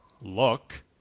look